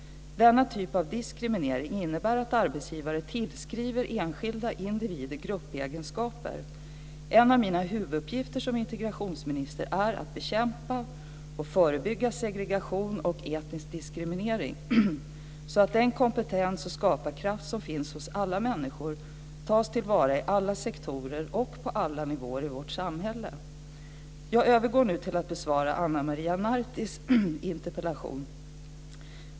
Denna typ av diskriminering innebär att arbetsgivare tillskriver enskilda individer gruppegenskaper. En av mina huvuduppgifter som integrationsminister är att bekämpa och förebygga segregation och etnisk diskriminering, så att den kompetens och skaparkraft som finns hos alla människor tas till vara i alla sektorer och på alla nivåer i vårt samhälle. Jag övergår nu till att besvara Ana Maria Nartis interpellation.